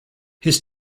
his